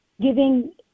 giving